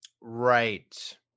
Right